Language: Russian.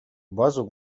базу